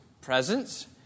presence